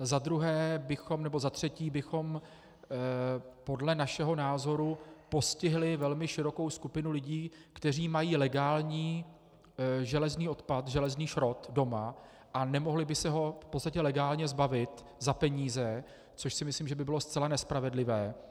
Za druhé nebo za třetí bychom podle našeho názoru postihli velmi širokou skupinu lidí, kteří mají legální železný odpad, železný šrot doma a nemohli by se ho v podstatě legálně zbavit za peníze, což si myslím, že by bylo zcela nespravedlivé.